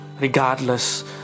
regardless